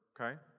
okay